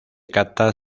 cata